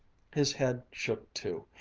his head shook too,